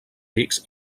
rics